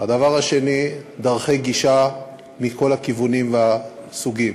הדבר השני, דרכי גישה מכל הכיוונים והסוגים,